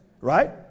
right